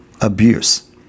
abuse